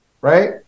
right